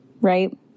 right